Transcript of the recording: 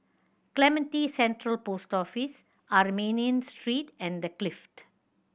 Clementi Central Post Office Armenian Street and The Clift